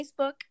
Facebook